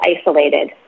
isolated